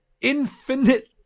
infinite